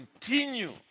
continue